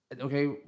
okay